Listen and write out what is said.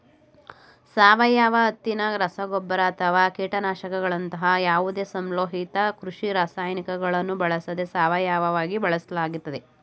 ಸಾವಯವ ಹತ್ತಿನ ರಸಗೊಬ್ಬರ ಅಥವಾ ಕೀಟನಾಶಕಗಳಂತಹ ಯಾವುದೇ ಸಂಶ್ಲೇಷಿತ ಕೃಷಿ ರಾಸಾಯನಿಕಗಳನ್ನು ಬಳಸದೆ ಸಾವಯವವಾಗಿ ಬೆಳೆಸಲಾಗ್ತದೆ